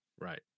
right